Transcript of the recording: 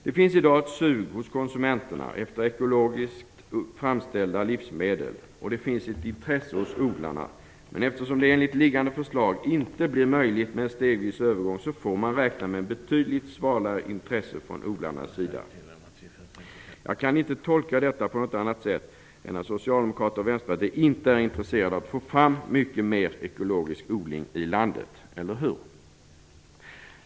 Det finns i dag ett sug hos konsumenterna efter ekologiskt framställda livsmedel, och det finns ett intresse hos odlarna. Men eftersom det enligt liggande förslag inte blir möjligt med en stegvis övergång, får man räkna med ett betydligt svalare intresse från odlarnas sida. Jag kan inte tolka detta på något annat sätt än att Socialdemokraterna och Vänsterpartiet inte är intresserade av att få fram mycket mer av ekologisk odling i landet. Är det så?